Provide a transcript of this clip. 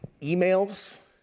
emails